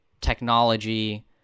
technology